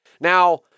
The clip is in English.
Now